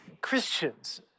Christians